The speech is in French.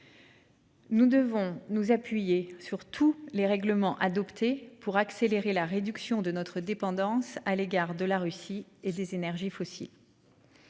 Nous devons nous appuyer sur tous les règlements adoptés pour accélérer la réduction de notre dépendance à l'égard de la Russie et des énergies fossiles.--